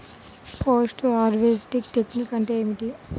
Post harvesting technique అంటే ఏమిటీ?